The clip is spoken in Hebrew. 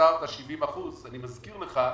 אני מזכיר לך,